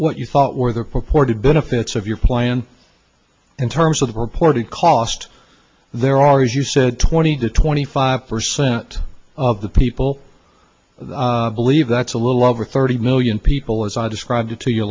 what you thought were the purported benefits of your plan in terms of the reported cost there are as you said twenty to twenty five percent of the people believe that's a little over thirty million people as i described to you